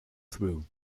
through